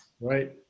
Right